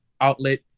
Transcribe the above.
outlet